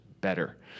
better